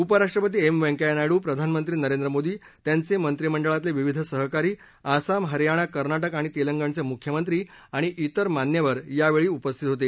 उपराष्ट्रपती एम व्यंकय्या नायडू प्रधानमंत्री नरेंद्र मोदी त्यांचे मंत्रिमंडळातले विविध सहकारी आसाम हरयाणा कर्नाटक आणि तेलंगणचे मुख्यमंत्री आणि इतर मान्यवर यावेळी उपस्थित होते